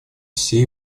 все